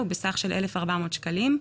הוא בסך של 1,400 שקלים,